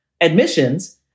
Admissions